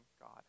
God